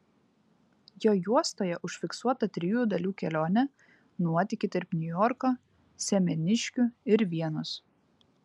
jo juostoje užfiksuota trijų dalių kelionė nuotykiai tarp niujorko semeniškių ir vienos